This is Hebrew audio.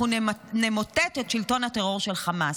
אנחנו נמוטט את שלטון הטרור של חמאס.